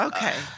Okay